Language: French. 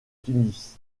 tunis